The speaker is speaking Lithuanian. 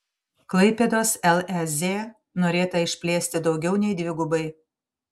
klaipėdos lez norėta išplėsti daugiau nei dvigubai